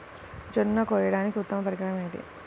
జొన్న కోయడానికి ఉత్తమ పరికరం ఏది?